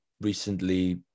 recently